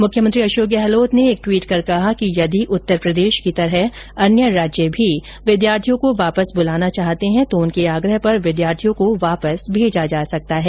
मुख्यमंत्री अशोक गहलोत ने एक ट्वीट कर कहा कि यदि उत्तरप्रदेश की तरह अन्य राज्य भी विद्यार्थियों को वापस बुलाना चाहते हैं तो उनके आग्रह पर विद्यार्थियों को वापस भेजा जा सकता है